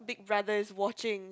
big brother is watching